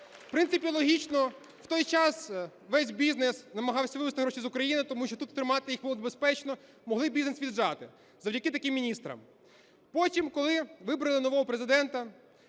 принципі логічно. В той час весь бізнес намагався вивезти гроші з України, тому що тут тримати їх було небезпечно, могли бізнес віджати завдяки таким міністрам. Потім, коли вибрали нового Президента,